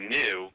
new